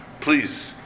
please